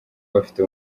bafite